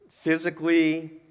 physically